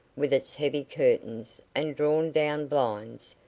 with its heavy curtains and drawn-down blinds,